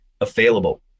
available